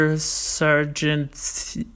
sergeant